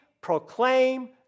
proclaim